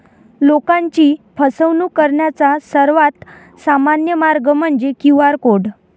लोकांची फसवणूक करण्याचा सर्वात सामान्य मार्ग म्हणजे क्यू.आर कोड